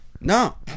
No